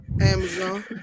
Amazon